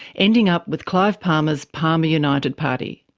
ending up with clive palmer's palmer united party.